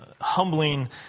humbling